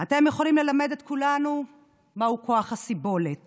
אתם יכולים ללמד את כולנו מהו כוח הסיבולת